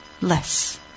Less